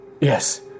yes